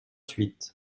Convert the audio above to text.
huit